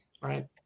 Right